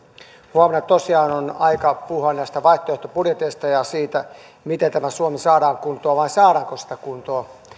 huomenna tosiaan on aika puhua näistä vaihtoehtobudjeteista ja siitä miten tämä suomi saadaan kuntoon vai saadaanko sitä kuntoon